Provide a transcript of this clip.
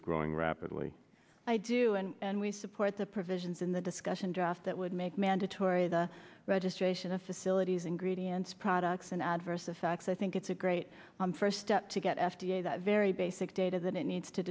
is growing rapidly i do and we support the provisions in the discussion draft that would make mandatory the registration of facilities in gradients products and adverse effects i think it's a great first step to get f d a that very basic data that it needs to